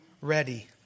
ready